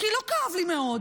כי לא כאב לי מאוד,